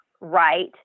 right